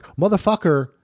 motherfucker